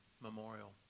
memorial